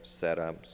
setups